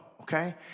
okay